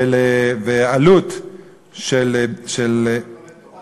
ועלות של, עלות של לומד תורה.